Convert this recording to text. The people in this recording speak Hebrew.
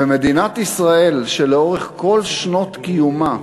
ומדינת ישראל שלאורך כל שנות קיומה,